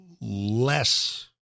less